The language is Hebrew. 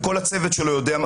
וכל הצוות שלו יודע,